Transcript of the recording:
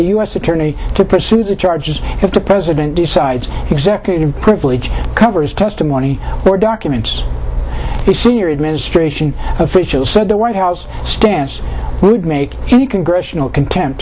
s attorney to pursue the charges if the president decides executive privilege covers testimony or documents a senior administration official said the white house stance would make any congressional contempt